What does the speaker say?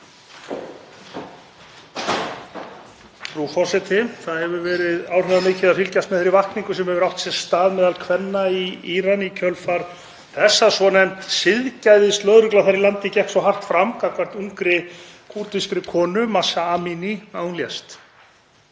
forseti. Það hefur verið áhrifamikið að fylgjast með þeirri vakningu sem hefur átt sér stað meðal kvenna í Íran í kjölfar þess að svonefnd siðgæðislögregla þar í landi gekk svo hart fram gagnvart ungri kúrdískri konu, Mahsa Amini, að hún lést.